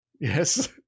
yes